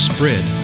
Spread